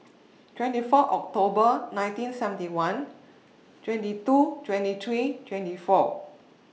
twenty four October nineteen seventy one twenty two twenty three twenty four